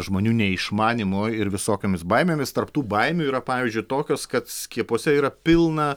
žmonių neišmanymu ir visokiomis baimėmis tarp tų baimių yra pavyzdžiui tokios kad skiepuose yra pilna